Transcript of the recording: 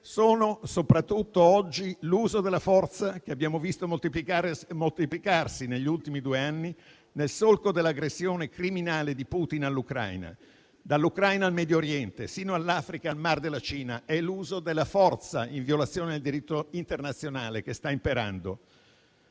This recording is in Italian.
sono soprattutto oggi l'uso della forza che abbiamo visto moltiplicarsi negli ultimi due anni nel solco dell'aggressione criminale di Putin all'Ucraina. Dall'Ucraina al Medio Oriente fino all'Africa e al Mar della Cina, è l'uso della forza in violazione del diritto internazionale che sta imperando.